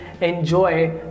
Enjoy